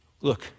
Look